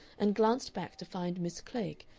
and glanced back to find miss klegg,